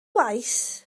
waith